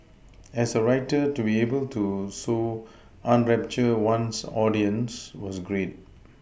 as a writer to be able to so enrapture one's audience was great